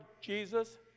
Jesus